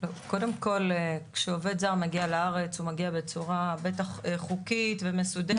קודם כל כשעובד זר מגיע לארץ הוא מגיע בצורה בטח חוקית ומסודרת,